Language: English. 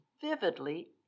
vividly